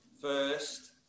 first